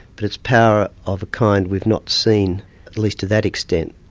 but it's power of a kind we've not seen, at least to that extent,